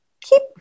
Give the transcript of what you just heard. Keep